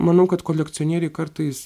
manau kad kolekcionieriai kartais